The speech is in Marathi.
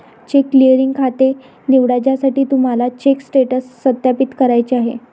चेक क्लिअरिंग खाते निवडा ज्यासाठी तुम्हाला चेक स्टेटस सत्यापित करायचे आहे